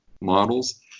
models